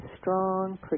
strong